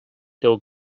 teu